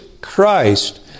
Christ